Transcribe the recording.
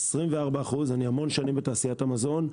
אני הרבה שנים בתעשיית המזון,